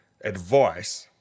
advice